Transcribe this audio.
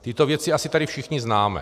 Tyto věci asi tady všichni známe.